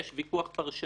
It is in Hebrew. יש ויכוח פרשני